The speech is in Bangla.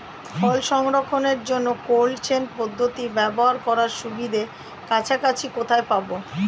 ফল সংরক্ষণের জন্য কোল্ড চেইন পদ্ধতি ব্যবহার করার সুবিধা কাছাকাছি কোথায় পাবো?